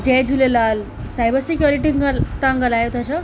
जय Jhulelal cyber security ॻाल्हि मां तां ॻाल्हायो था छा